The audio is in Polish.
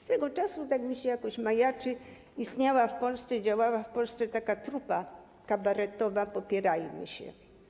Swego czasu, tak mi się jakoś majaczy, istniała w Polsce, działała w Polsce taka trupa kabaretowa „Popierajmy się”